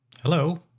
Hello